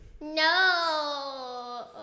No